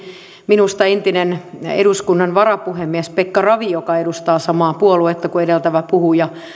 minusta entinen eduskunnan varapuhemies pekka ravi joka edustaa samaa puoluetta kuin edeltävä puhuja